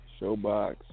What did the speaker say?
Showbox